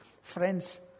friends